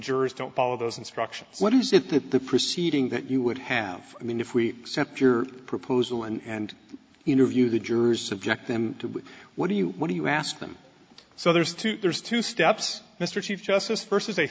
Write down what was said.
jurors don't follow those instructions what is it that the preceeding that you would have i mean if we accept your proposal and interview the jurors subject them to what do you what do you ask them so there's two there's two steps mr chief justice versus a